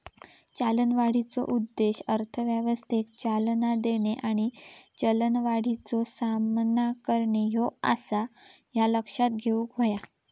चलनवाढीचो उद्देश अर्थव्यवस्थेक चालना देणे आणि चलनवाढीचो सामना करणे ह्यो आसा, ह्या लक्षात घेऊक हव्या